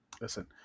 listen